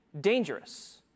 dangerous